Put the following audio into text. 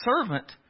servant